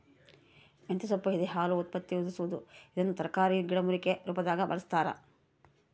ಮಂತೆಸೊಪ್ಪು ಎದೆಹಾಲು ಉತ್ಪತ್ತಿವೃದ್ಧಿಸುವದು ಇದನ್ನು ತರಕಾರಿ ಗಿಡಮೂಲಿಕೆ ರುಪಾದಾಗೂ ಬಳಸ್ತಾರ